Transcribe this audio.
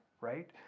right